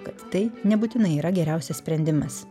kad tai nebūtinai yra geriausias sprendimas